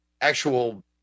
actual